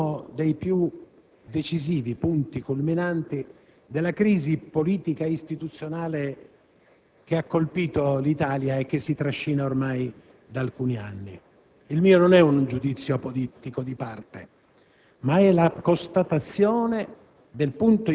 di questa legge finanziaria come il punto culminante della crisi politica istituzionale che ha colpito l'Italia e che si trascina ormai da alcuni anni. Il mio non è un giudizio apodittico di parte,